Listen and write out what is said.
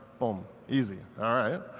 boom, easy. all right.